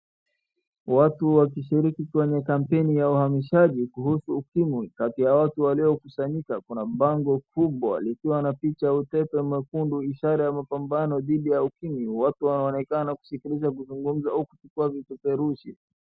Watu wakishiriki kwenye kampeni ya uhamashishaji kuhusu ukimwi. Kati ya watu wkliokushanyika kuna bango kubwa likiwa na picha ya utepe mwekundu ishara ya mapambano dhidi ya ukimwi. Watu wanaonekana kuskiliza kuzungumza au kuchukua vipeperushi.